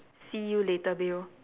see you later Bill